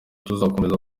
tuzakomeza